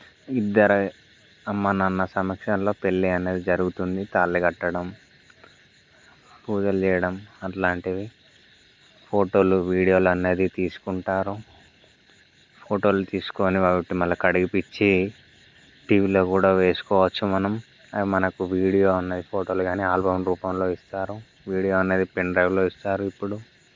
ఇద్దరు అమ్మానాన్న సమక్షంలో పెళ్ళి అనేది జరుగుతుంది తాళి కట్టడం పూజలు చేయడం అలాంటివి ఫోటోలు వీడియోలు అన్నది తీసుకుంటారు ఫోటోలు తీసుకొని వాటిని కడిగిపించి టీవీలో కూడా వేసుకోవచ్చు మనం మనకు వీడియో అన్నది ఫోటోలు కానీ ఆల్బమ్ రూపంలో ఇస్తారు వీడియో అన్నది పెన్డ్రైవ్లో ఇస్తారు ఇప్పుడు